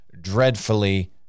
dreadfully